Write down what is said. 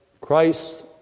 Christ